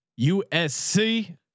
USC